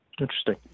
interesting